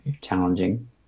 challenging